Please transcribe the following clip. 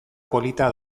polita